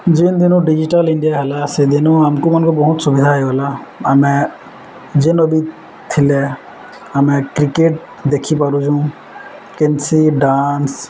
ଯେନ୍ ଦିନୁ digital India ହେଲା ସେ ଦିନୁ ଆମ୍କୁ ମାନଙ୍କୁ ବହୁତ ସୁବିଧା ହେଇଗଲା ଆମେ ଯେନ୍ ଅବି ଥିଲେ ଆମେ କ୍ରିକେଟ୍ ଦେଖିପାରୁଚୁଁ କେନ୍ସି ଡ୍ୟାନ୍ସ